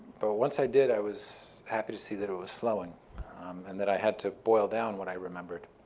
but once i did, i was happy to see that it was flowing and that i had to boil down what i remembered.